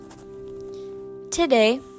Today